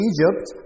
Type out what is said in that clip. Egypt